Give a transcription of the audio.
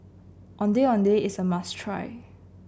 Ondeh Ondeh is a must try